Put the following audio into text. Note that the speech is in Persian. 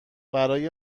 برای